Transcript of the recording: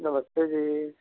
नमस्ते जी